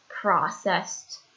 processed